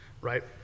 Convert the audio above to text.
right